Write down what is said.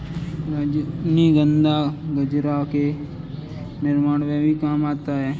रजनीगंधा गजरा के निर्माण में भी काम आता है